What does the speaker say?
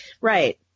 right